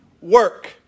work